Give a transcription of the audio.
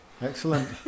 excellent